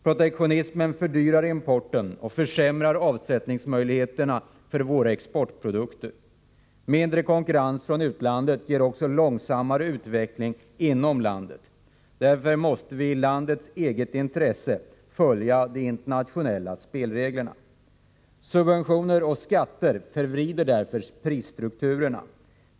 Protektionismen fördyrar importen och försämrar avsättningsmöjligheter na för våra exportprodukter. Mindre konkurrens från utlandet ger också långsammare utveckling inom landet. Därför måste vi i landets eget intresse följa de internationella spelreglerna. Subventioner och skatter förvrider prisstrukturen.